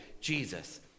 Jesus